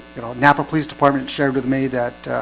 you know, napa police department shared with me that